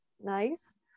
nice